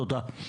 תודה.